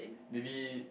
maybe